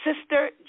Sister